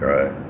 Right